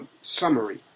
summary